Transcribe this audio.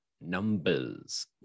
numbers